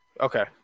Okay